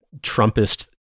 Trumpist